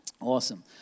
Awesome